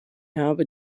habe